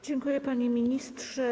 Dziękuję, panie ministrze.